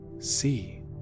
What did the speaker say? See